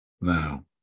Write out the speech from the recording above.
Now